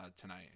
tonight